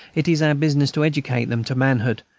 it is our business to educate them to manhood,